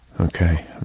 okay